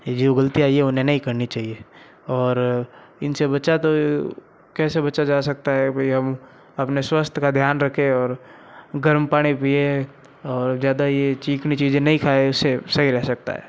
ये जो गलतियाँ है ये उन्हें नहीं करनी चाहिए और इनसे बचा तो कैसे बचा जा सकता है कोई हम अपने स्वास्थ्य का ध्यान रखें और गरम पानी पिएँ और ज़्यादा यह चीकनी चीज़ें नहीं खाएं उससे सही रह सकता है